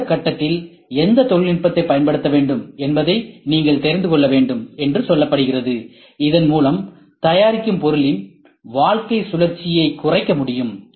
எந்த கட்டத்தில் எந்த நுட்பத்தைப் பயன்படுத்த வேண்டும் என்பதை நீங்கள் தெரிந்து கொள்ள வேண்டும் என்று சொல்லப்படுகிறது இதன் மூலம் தயாரிக்கும் பொருளின் வாழ்க்கைச் சுழற்சியைக் குறைக்க முடியும்